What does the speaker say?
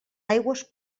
aigües